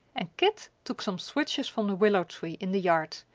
and kit took some switches from the willow tree in the yard,